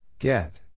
Get